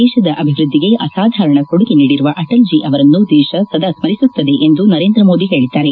ದೇಶದ ಅಭಿವ್ನದ್ದಿಗೆ ಅಸಾಧಾರಣ ಕೊಡುಗೆ ನೀಡಿರುವ ಅಟಲ್ಜೀ ಅವರನ್ನು ದೇಶ ಸದಾ ಸ್ಮರಿಸುತ್ತದೆ ಎಂದು ನರೇಂದ್ರ ಮೋದಿ ಹೇಳಿದ್ದಾರೆ